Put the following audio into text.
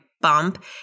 bump